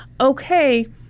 okay